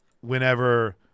whenever